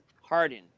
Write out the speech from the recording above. Harden